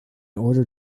order